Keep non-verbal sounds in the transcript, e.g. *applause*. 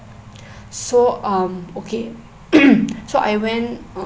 so um okay *noise* so I went